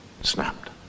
snapped